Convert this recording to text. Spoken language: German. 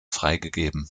freigegeben